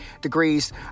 degrees